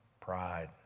pride